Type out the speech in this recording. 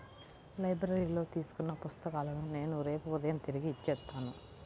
లైబ్రరీలో తీసుకున్న పుస్తకాలను నేను రేపు ఉదయం తిరిగి ఇచ్చేత్తాను